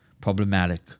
problematic